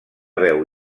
veu